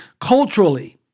culturally